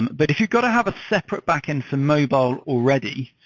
and but if you got to have a separate backend for mobile already,